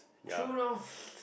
true north